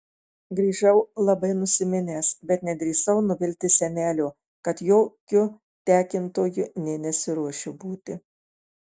grįžau labai nusiminęs bet nedrįsau nuvilti senelio kad jokiu tekintoju nė nesiruošiu būti